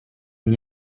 n’y